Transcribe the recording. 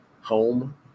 home